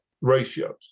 ratios